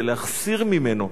זה להחסיר ממנו.